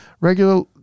regular